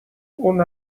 اون